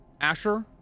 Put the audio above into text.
Asher